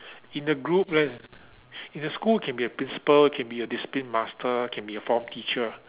in the group let in a school can be a principal can be a discipline master can be a form teacher